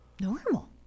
normal